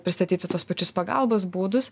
pristatyti tuos pačius pagalbos būdus